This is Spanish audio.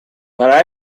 para